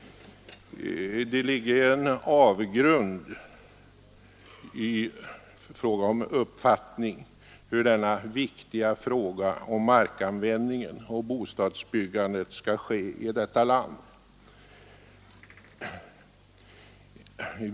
Det ligger en avgrund mellan uppfattningarna i den viktiga frågan om hur markanvändningen och bostadsbyggandet skall ordnas i detta land.